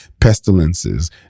pestilences